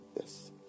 Yes